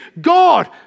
God